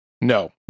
No